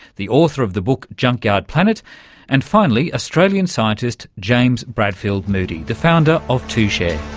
the author of the book junkyard planet and finally australian scientist james bradfield moody, the founder of tushare.